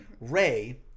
Ray